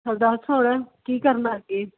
ਚੱਲ ਦੱਸ ਹੁਣ ਕੀ ਕਰਨਾ ਅੱਗੇ